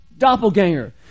doppelganger